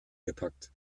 gepackt